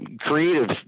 creative